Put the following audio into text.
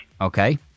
Okay